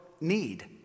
need